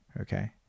Okay